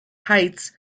heights